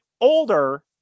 older